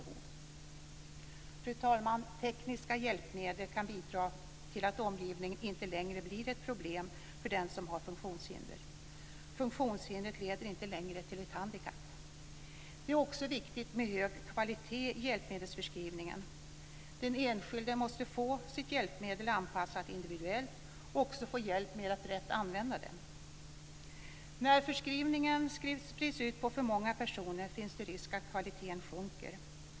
Fru talman! Tekniska hjälpmedel kan bidra till att omgivningen inte längre blir ett problem för den som har ett funktionshinder. Funktionshindret leder inte längre till ett handikapp. Det är också viktigt med en hög kvalitet i hjälmedelsförskrivningen. Den enskilde måste få sitt hjälpmedel anpassat individuellt och också få hjälp med att rätt använda det. När förskrivningen sprids ut på för många personer finns det en risk för att kvaliteten sjunker.